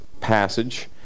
passage